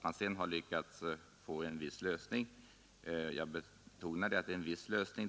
Sedan har man lyckats åstadkomma en viss lösning — jag betonar att det är en viss lösning.